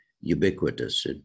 ubiquitous